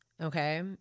Okay